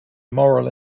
moral